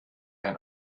ein